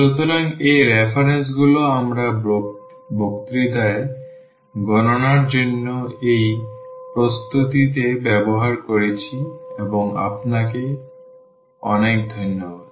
সুতরাং এই রেফারেন্সগুলো আমরা বক্তৃতার গণনার জন্য এই প্রস্তুতি তে ব্যবহার করেছি এবং আপনাকে অনেক ধন্যবাদ